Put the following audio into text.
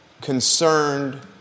concerned